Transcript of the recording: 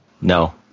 No